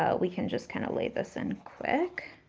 ah we can just kind of lay this in quick.